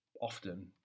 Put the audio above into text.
often